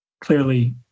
clearly